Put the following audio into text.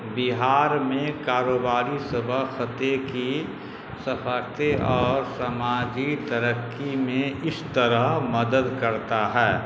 بہار میں کاروباری شعبہ خطے کی ثقاقتی اور سماجی ترقی میں اس طرح مدد کرتا ہے